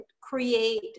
create